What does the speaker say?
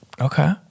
Okay